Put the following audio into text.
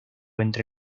entre